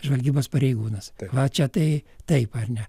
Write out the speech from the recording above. žvalgybos pareigūnas va čia tai taip ar ne